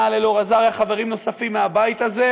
על אלאור אזריה חברים נוספים מהבית הזה,